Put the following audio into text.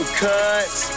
cuts